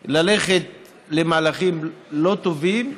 הן ללכת למהלכים לא טובים,